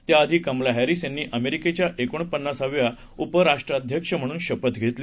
त्याआधीकमलाहॅरीसयांनीअमेरिकेच्याएकोणपन्नासाव्याउपराष्ट्राध्यक्षम्हणूनशपथघेतली